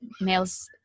males